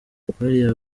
bariya